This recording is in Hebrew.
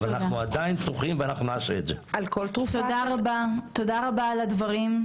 תודה רבה על הדברים.